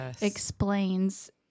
explains